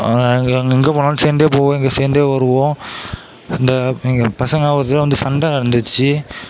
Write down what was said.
எங்கே போனாலும் சேர்ந்தே போவோம் எங்கேயும் சேர்ந்தே வருவோம் இந்த இங்கே பசங்க ஒரு தடவை வந்து சண்டை வந்துடுச்சி